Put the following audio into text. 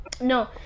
No